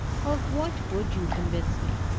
of what would you convince me?